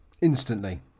instantly